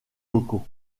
locaux